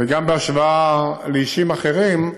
וגם בהשוואה לאישים אחרים.